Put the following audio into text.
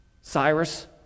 Cyrus